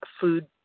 food